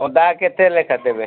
ଅଦା କେତେ ଲେଖାଏଁ ଦେବେ